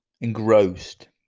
engrossed